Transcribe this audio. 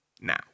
now